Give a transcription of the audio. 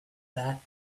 that